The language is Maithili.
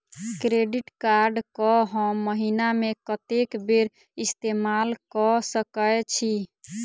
क्रेडिट कार्ड कऽ हम महीना मे कत्तेक बेर इस्तेमाल कऽ सकय छी?